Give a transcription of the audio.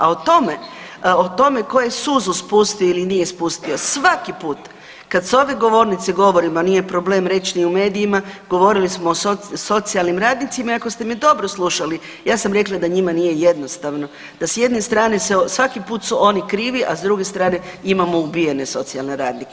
A tome, o tome tko je suzu spustio ili nije spustio, svaki put kad s ove govornice govorim, a nije problem reć ni u medijima, govorili smo o socijalnim radnicima i ako ste me dobro slušali ja sam rekla da njima nije jednostavno, da s jedne strane se, svaki put su oni krivi, a s druge strane imamo ubijene socijalne radnike.